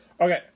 Okay